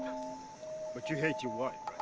but you hate your wife,